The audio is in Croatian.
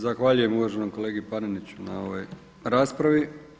Zahvaljujem uvaženom kolegi Paneniću na ovoj raspravi.